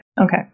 Okay